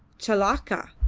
chelakka!